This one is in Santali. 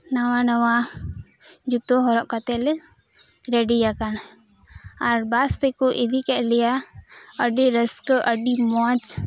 ᱱᱟᱣᱟ ᱱᱟᱣᱟ ᱡᱩᱛᱟᱹ ᱦᱚᱨᱚᱜ ᱠᱟᱛᱮᱫ ᱞᱮ ᱨᱮᱰᱤ ᱟᱠᱟᱱᱟ ᱟᱨ ᱵᱟᱥ ᱛᱮᱠᱚ ᱤᱫᱤ ᱠᱮᱫ ᱞᱮᱭᱟ ᱟᱹᱰᱤ ᱨᱟᱹᱥᱠᱟᱹ ᱟᱹᱰᱤ ᱢᱚᱸᱡᱽ